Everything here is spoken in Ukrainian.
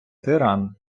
тиран